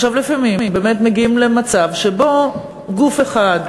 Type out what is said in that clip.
לפעמים באמת מגיעים למצב שבו גוף אחד,